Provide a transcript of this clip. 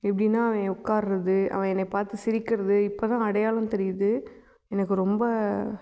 எப்படின்னா அவன் உட்கார்றது அவன் என்னைய பார்த்து சிரிக்கிறது இப்போதான் அடையாளம் தெரியிது எனக்கு ரொம்ப